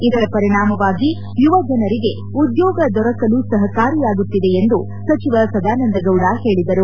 ಇದರ ಪರಿಣಾಮವಾಗಿ ಯುವ ಜನರಿಗೆ ಉದ್ಯೋಗ ದೊರಕಲು ಸಹಕಾರಿಯಾಗುತ್ತಿದೆ ಎಂದು ಸಚಿವ ಸದಾನಂದಗೌಡ ಹೇಳಿದರು